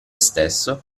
stesso